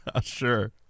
sure